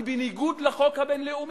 היא בניגוד לחוק הבין-לאומי.